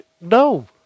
No